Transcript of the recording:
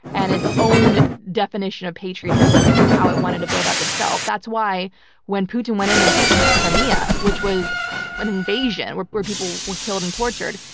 and its own definition of patriotism and and how it wanted to build up itself. that's why when putin went in and seized crimea, which was an invasion where where people were killed and tortured,